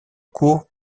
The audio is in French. cours